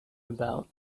about